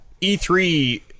e3